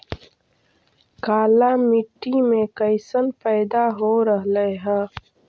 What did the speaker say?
काला मिट्टी मे कैसन पैदा हो रहले है?